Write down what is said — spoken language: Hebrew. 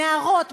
נערות,